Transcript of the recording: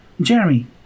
Jeremy